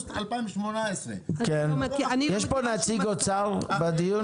באוגוסט 2018. יש פה נציג אוצר בדיון?